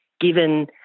given